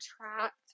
trapped